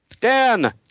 Dan